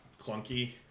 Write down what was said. clunky